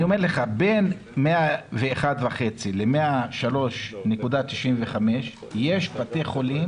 אני אומר שבין 101.5% לבין 103.95% יש בתי חולים,